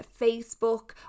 Facebook